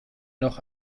noch